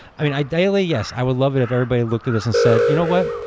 i mean, ideally yes. i would love it if everybody looked at this and said, you know what?